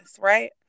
right